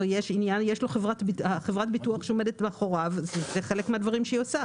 יש לו חברת ביטוח שעומדת מאחוריו וזה חלק מהדברים שהיא עושה.